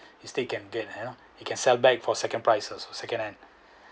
still can get you know you can sell back for second price also secondhand